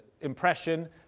impression